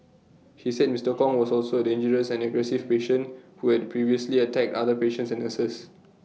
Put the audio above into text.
he said Mister Kong was also A dangerous and aggressive patient who had previously attacked other patients and nurses